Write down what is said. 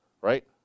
Right